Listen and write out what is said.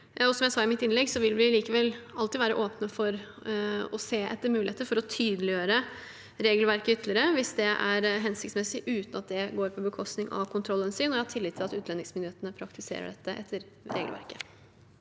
Som jeg sa i mitt innlegg, vil vi likevel alltid være åpne for å se etter muligheter for å tydeliggjøre regelverket ytterligere hvis det er hensiktsmessig, uten at det går på bekostning av kontrollhensyn, og jeg har tillit til at utlendingsmyndighetene praktiserer dette etter regelverket.